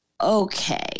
Okay